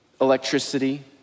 Electricity